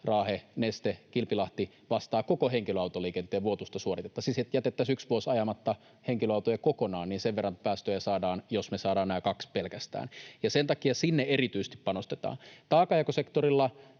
Raahe, Neste, Kilpilahti — vastaavat koko henkilöautoliikenteen vuotuista suoritetta. Siis että jätettäisiin yksi vuosi ajamatta henkilöautoja kokonaan, niin sen verran päästöjä saadaan, jos me saadaan nämä kaksi pelkästään, ja sen takia sinne erityisesti panostetaan. Taakanjakosektorilla